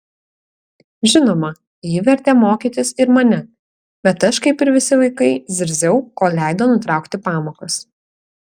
žinoma ji vertė mokytis ir mane bet aš kaip ir visi vaikai zirziau kol leido nutraukti pamokas